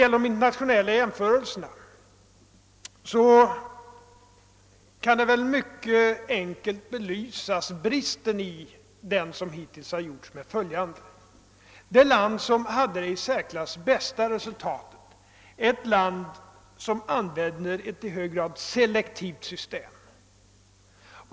Vad de internationella jämförelserna beträffar kan jag mycket enkelt belysa bristerna i de jämförelser som hittills gjorts. Jag gör det med följande exempel. Det land som visar det i särklass bästa resultatet använder ett i hög grad selektivt system.